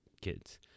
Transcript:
kids